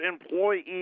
employee